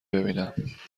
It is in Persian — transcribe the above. ببینم